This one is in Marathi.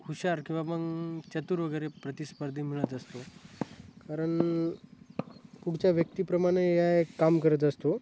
हुशार किंवा मग चतुर वगैरे प्रतिस्पर्धी मिळत असतो कारण खूपच्या व्यक्तीप्रमाणे या एक काम करत असतो